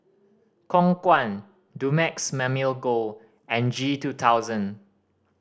Khong Guan Dumex Mamil Gold and G two thousand